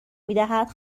میدهد